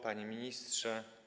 Panie Ministrze!